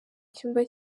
cyumba